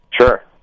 Sure